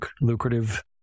lucrative